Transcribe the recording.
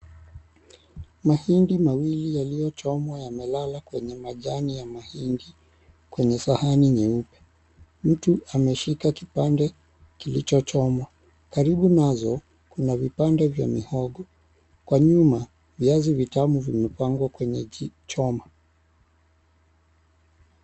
Mahindi mawili yaliyochomwa yamelala kwenye majani ya mahindi kwenye sahani nyeupe. Mtu ameshika kipande kilichochomwa. Karibu nazo kuna vipande vya mihogo. Kwa nyuma viazi vitamu vimepangwa kwenye jichoma.